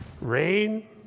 rain